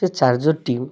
ସେ ଚାର୍ଜରଟି